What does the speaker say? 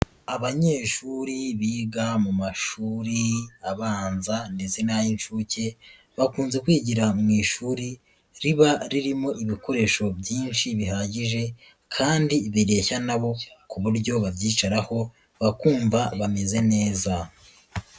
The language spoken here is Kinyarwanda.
Abanyeshuri biga mu mashuri abanza ndetse n'ay'inshuke, bakunze kwigira mu ishuri riba ririmo ibikoresho byinshi bihagije kandi bireshya na bo ku buryo babyicaraho bakumva bameze neza.